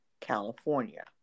California